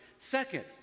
Second